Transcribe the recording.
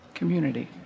community